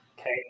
Okay